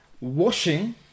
Washing